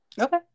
Okay